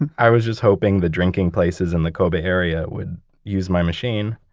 and i was just hoping the drinking places in the kobe area would use my machine.